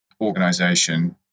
organization